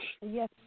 Yes